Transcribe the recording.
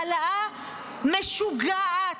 העלאה משוגעת,